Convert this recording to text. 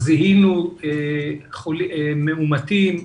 זיהינו מאומתים,